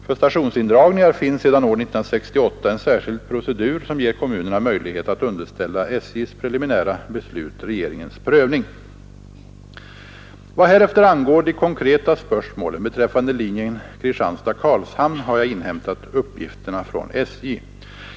För stationsindragningar finns sedan år 1968 en särskild procedur som ger kommunerna möjlighet att underställa SJ:s preliminära beslut regeringens prövning. Vad härefter angår de konkreta spörsmålen beträffande linjen Kristianstad—Karlshamn har jag inhämtat uppgift från SJ.